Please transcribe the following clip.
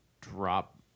drop